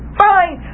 fine